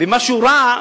ואם משהו רע,